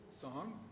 song